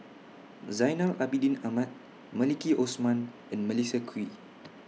Zainal Abidin Ahmad Maliki Osman and Melissa Kwee